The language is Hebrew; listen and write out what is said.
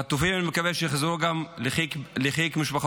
החטופים, אני מקווה שיחזרו גם לחיק משפחותיהם.